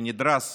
שנדרס